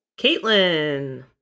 Caitlin